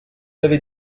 avez